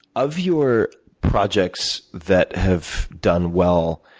of your projects that have done well,